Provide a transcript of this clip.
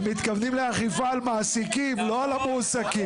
מתכוונים לאכיפה על מעסיקים לא על מועסקים,